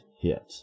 hit